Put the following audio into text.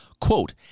Quote